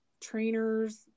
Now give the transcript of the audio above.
trainers